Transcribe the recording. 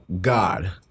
God